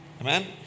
Amen